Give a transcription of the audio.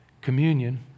Communion